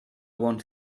want